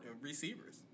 receivers